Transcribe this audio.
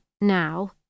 now